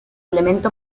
elemento